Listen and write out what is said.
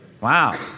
wow